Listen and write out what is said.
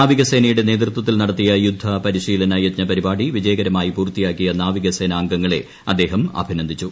നാവികസേനയുടെ നേതൃത്വത്തിൽ നടത്തിയ യുദ്ധ പരിശീലന യജ്ഞ പരിപാടി വിജയകരമായി പൂർത്തിയാക്കിയ നാവിക സേനാംഗങ്ങളെ അദ്ദേഹം അഭിനന്ദിച്ചു